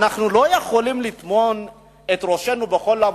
אנחנו לא יכולים לטמון את ראשנו בחול,